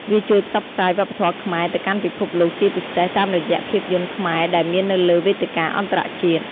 វាជួយផ្សព្វផ្សាយវប្បធម៌ខ្មែរទៅកាន់ពិភពលោក ជាពិសេស តាមរយៈភាពយន្តខ្មែរដែលមាននៅលើវេទិកាអន្តរជាតិ។